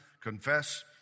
confess